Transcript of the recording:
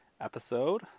episode